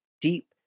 deep